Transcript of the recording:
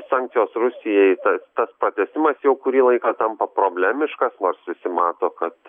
sankcijos rusijai ta tas pratęsimas jau kurį laiką tampa problemiškas nors visi mato kad